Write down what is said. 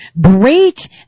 great